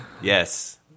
Yes